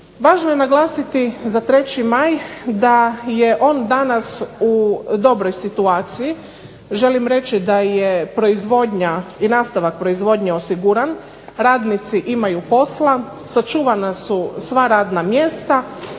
Važno je naglasiti za 3. Maj da je on danas u dobroj situaciji. Želim reći da je proizvodnja i nastavak proizvodnje osiguran, radnici imaju posla, sačuvana su sva radna mjesta